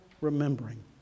remembering